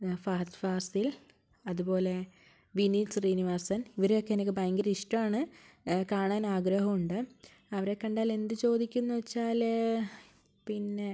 ഫഹദ് ഫാസിൽ അതുപോലേ വിനീത് ശ്രീനിവാസൻ ഇവരെയൊക്കെ എനിക്ക് ഭയങ്കര ഇഷ്ടമാണ് കാണാൻ ആഗ്രഹമുണ്ട് അവരെ കണ്ടാൽ എന്ത് ചോദിക്കുമെന്ന് വെച്ചാൽ പിന്നേ